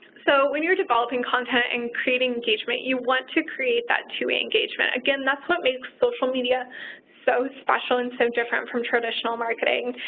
so, when you're developing content and creating engagement, you want to create that two-way engagement. again, that's what makes social media so special and so different from traditional marketing.